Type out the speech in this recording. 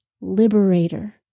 liberator